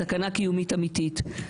סכנה קיומית אמיתית.